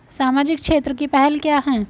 सामाजिक क्षेत्र की पहल क्या हैं?